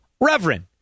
reverend